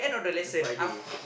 the Friday